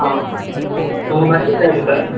ஆ உங்கள் மெசேஜ் வந்துருக்குது சார்